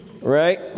right